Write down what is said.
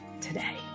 today